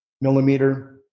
millimeter